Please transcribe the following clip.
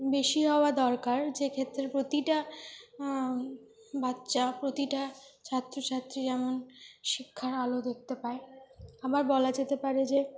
বেশি হওয়া দরকার যে ক্ষেত্রে প্রতিটা বাচ্চা প্রতিটা ছাত্রছাত্রী যেমন শিক্ষার আলো দেখতে পায় আবার বলা যেতে পারে যে